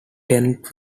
tennant